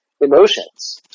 emotions